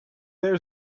there